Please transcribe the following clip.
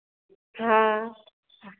हाँ